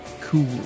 cool